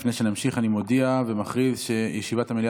לפני שנמשיך אני מודיע ומכריז שישיבת המליאה